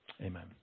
Amen